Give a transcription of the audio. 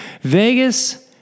Vegas